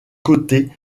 côtés